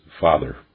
Father